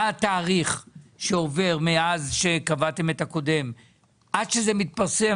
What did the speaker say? מה התאריך שעובר מאז שקבעתם את הקודם עד שזה מתפרסם,